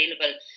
available